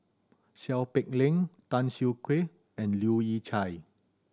Seow Peck Leng Tan Siak Kew and Leu Yew Chye